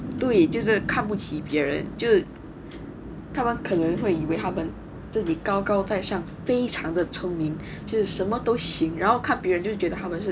对就是看不起别人就看完可能会以为他们自己高高在上非常的聪明就是什么都行然后看别人就觉得他们是